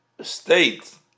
state